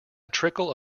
trickle